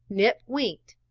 nip winked.